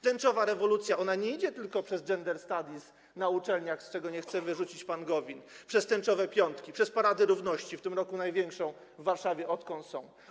Tęczowa rewolucja nie idzie tylko przez gender studies na uczelniach, czego nie chce wyrzucić pan Gowin, przez tęczowe piątki, przez parady równości, w tym roku największą w Warszawie, odkąd są.